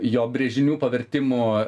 jo brėžinių pavertimo